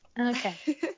Okay